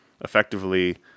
effectively